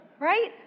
right